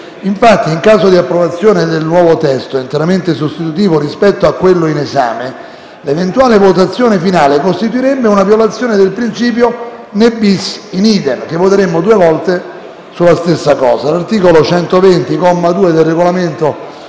Infatti, in caso di approvazione del nuovo testo interamente sostitutivo di quello in esame, l'eventuale votazione finale costituirebbe una violazione del principio del *ne bis in idem*, votando due volte sulla stessa cosa.